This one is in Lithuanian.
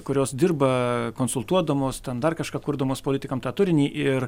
kurios dirba konsultuodamos ten dar kažką kurdamos politikam tą turinį ir